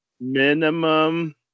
minimum